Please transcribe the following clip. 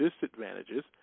disadvantages